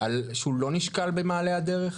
שהוא לא נשקל במעלה הדרך?